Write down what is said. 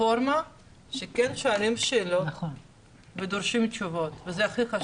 פלטפורמה שכן שואלים שאלות ודורשים תשובות וזה הכי חשוב.